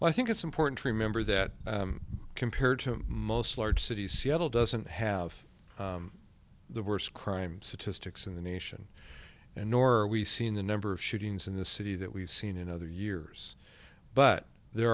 well i think it's important to remember that compared to most large cities seattle doesn't have the worst crime statistics in the nation and nor are we seeing the number of shootings in the city that we've seen in other years but there